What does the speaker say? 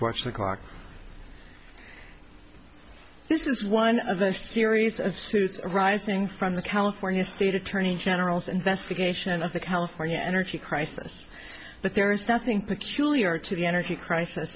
is one of a series of suits arising from the california state attorney general's investigation of the california energy crisis but there is nothing peculiar to the energy crisis